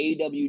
AW